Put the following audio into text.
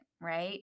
right